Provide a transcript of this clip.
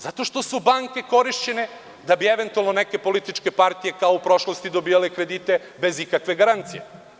Zato što su banke korišćene da bi eventualno neke političke partije, kao u prošlosti, dobijale kredite bez ikakve garancije.